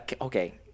Okay